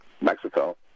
Mexico